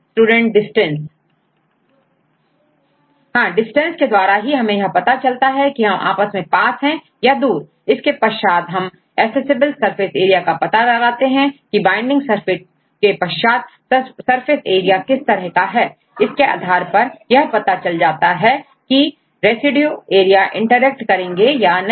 student distance distance के द्वारा ही हमें यह पता चलता है कि यह आपस में पास है या दूर इसके पश्चात हम ऐसेसेबलaccessibleसरफेस एरिया का पता कर यह देखते हैं की वाइंडिंग के पश्चात सरफेस एरिया किस तरह का है इसके आधार पर यह पता चल जाता है की यह रेसिड्यू एरिया इंटरेक्ट करेंगे या नहीं